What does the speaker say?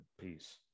Peace